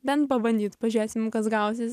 bent pabandyt pažiūrėsim kas gausis